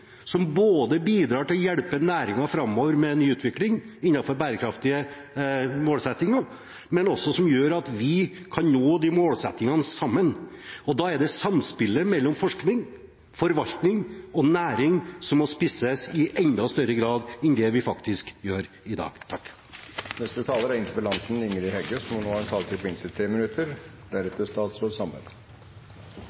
nå både er ute på høring, og som jeg jobber parallelt med, som gjelder produksjonsområdene, luseforskriften og andre områder, som gjør at vi kommer i mål med et regelverk og en forvaltning som bidrar til å hjelpe næringen framover, med ny utvikling innenfor bærekraftige målsettinger, men som også gjør at vi kan nå de målsettingene sammen. Da må samspillet mellom forskning, forvaltning og næring spisses i enda større grad enn det som faktisk gjøres i dag.